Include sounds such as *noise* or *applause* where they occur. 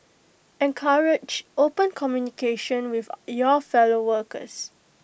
encourage open communication with *hesitation* your fellow workers